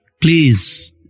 Please